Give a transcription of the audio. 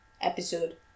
episode